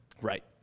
Right